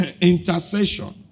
intercession